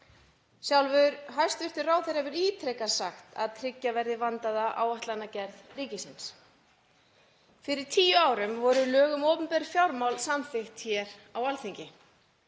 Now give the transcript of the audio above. Sjálfur hæstv. ráðherra hefur ítrekað sagt að tryggja verði vandaða áætlanagerð ríkisins. Fyrir tíu árum voru lög um opinber fjármál samþykkt hér á Alþingi.